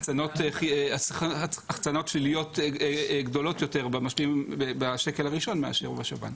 החצנות שליליות גדולות יותר בשקל הראשון מאשר בשב"ן.